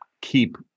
keep